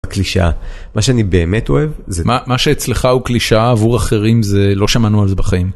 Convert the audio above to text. קלישאה מה שאני באמת אוהב זה מה שאצלך הוא קלישאה עבור אחרים זה לא שמענו על זה בחיים.